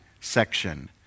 section